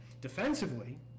Defensively